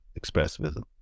expressivism